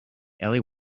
ellie